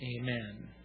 Amen